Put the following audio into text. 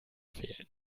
fehlen